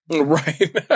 Right